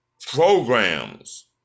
programs